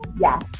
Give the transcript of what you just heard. yes